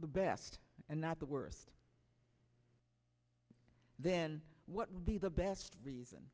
the best and not the worst then what would be the best reason